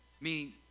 Meaning